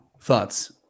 thoughts